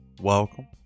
welcome